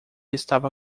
estava